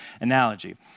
analogy